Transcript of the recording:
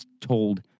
told